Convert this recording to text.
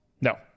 No